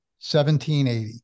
1780